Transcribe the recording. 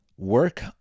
Work